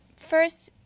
first,